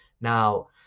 now